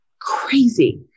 Crazy